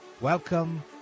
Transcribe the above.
welcome